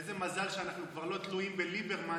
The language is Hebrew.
איזה מזל שאנחנו כבר לא תלויים בליברמן,